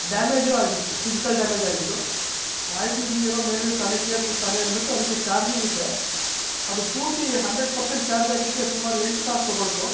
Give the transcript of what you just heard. ಡ್ಯಾಮೇಜೂ ಆಗಿತ್ತು physical damage ಆಗಿತ್ತು ಆಯಿತು ಇರಲಿ ಏನೋ ಮೇಲಿಂದ್ ತಾನೆ ಕೇಸು ತಾನೆ ಅಂದ್ಬಿಟ್ಟು ಚಾರ್ಜಿಂಗ್ ಇಟ್ಟೆ ಅದು ಪೂರ್ತಿ ಹಂಡ್ರೆಡ್ ಪರ್ಸೆಂಟ್ ಚಾರ್ಜ್ ಆಗಲಿಕ್ಕೆ ಸುಮಾರು ಎಂಟು ತಾಸು ತೊಗೊಳ್ತು